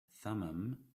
thummim